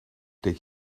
deed